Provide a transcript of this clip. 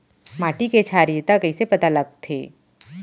माटी के क्षारीयता कइसे पता लगथे?